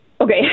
Okay